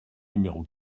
numéro